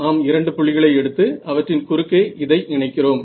நாம் இரண்டு புள்ளிகளை எடுத்து அவற்றின் குறுக்கே இதை இணைக்கிறோம்